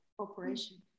Operation